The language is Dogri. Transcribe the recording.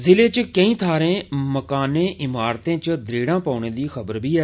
जिले च केई थाहरें मकानें इमारतें चे दरेड़ां पौने दी खबर बी ऐ